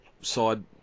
side